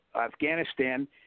Afghanistan